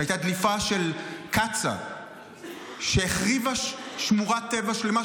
שהייתה דליפה של קצא"א שהחריבה שמורת טבע שלמה,